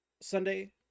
Sunday